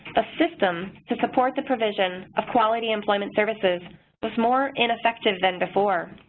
the system to support the provision of quality employment services was more ineffective than before.